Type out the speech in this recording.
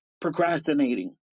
procrastinating